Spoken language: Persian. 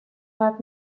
حرف